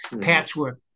patchwork